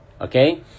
okay